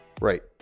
Right